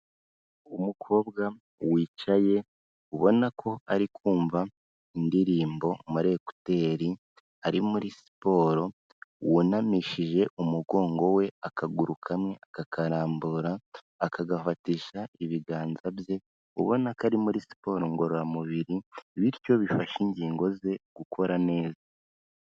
Umukobwa wicaye ubona ko ari kumva indirimbo muri ekuteri ari muri siporo, wunamishije umugongo we akaguru kamwe akakarambura akagafatisha ibiganza bye, ubona ko ari muri siporo ngororamubiri bityo bifasha ingingo ze gukora neza.